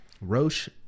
Roche